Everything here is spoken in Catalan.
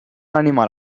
animal